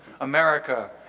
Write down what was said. America